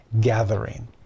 gathering